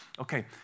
Okay